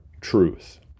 truth